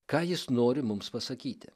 ką jis nori mums pasakyti